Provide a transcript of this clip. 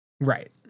right